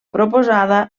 proposada